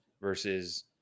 versus